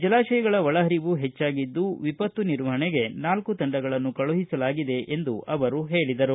ಜಲಾಶಯಗಳ ಒಳಪರಿವು ಹೆಚ್ಚಾಗಿದ್ದು ವಿಪತ್ತು ನಿರ್ವಹಣೆಗೆ ನಾಲ್ಕು ತಂಡಗಳನ್ನು ಕಳುಹಿಸಲಾಗಿದೆ ಎಂದು ಹೇಳಿದರು